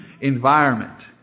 environment